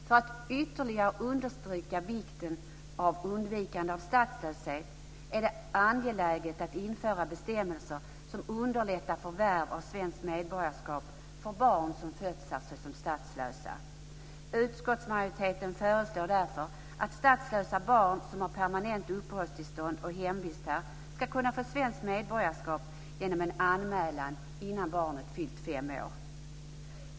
För att ytterligare understryka vikten av undvikande av statslöshet är det angeläget att införa bestämmelser som underlättar förvärv av svenskt medborgarskap för barn som fötts här såsom statslösa. Utskottsmajoriteten föreslår därför att statslösa barn som har permanent uppehållstillstånd och hemvist här ska kunna få svenskt medborgarskap genom en anmälan innan barnet har fyllt fem år.